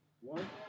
one